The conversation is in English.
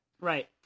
Right